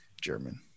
German